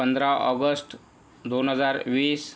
पंधरा ऑगस्ट दोन हजार वीस